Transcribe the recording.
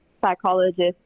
psychologist